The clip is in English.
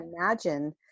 imagine